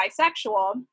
bisexual